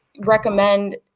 recommend